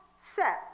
set